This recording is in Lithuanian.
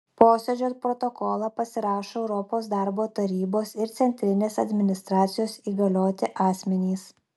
posėdžio protokolą pasirašo europos darbo tarybos ir centrinės administracijos įgalioti asmenys